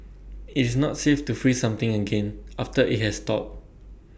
IT is not safe to freeze something again after IT has thawed